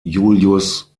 iulius